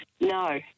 No